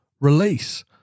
release